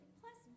plus